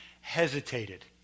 hesitated